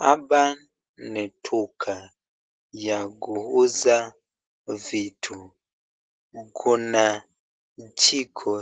Hapa ni duka ya kuuza vitu, kuna jiko